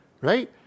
right